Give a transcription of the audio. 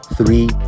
Three